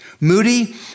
Moody